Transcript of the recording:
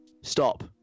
Stop